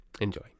Enjoy